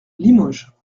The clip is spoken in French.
limoges